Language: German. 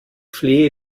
flehe